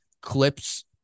clips